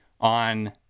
on –